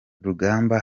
rugamba